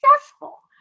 successful